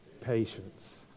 patience